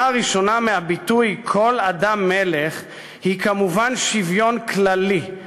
הראשונה מהביטוי "כל אדם מלך" היא כמובן שוויון כללי.